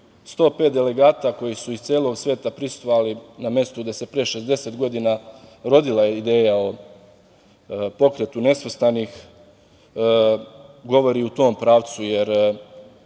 105 delegata koji su iz celog sveta prisustvovali na mestu gde se pre 60 godina rodila ideja o Pokretu nesvrstanih, govori u tom pravcu jer